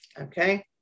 Okay